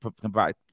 provide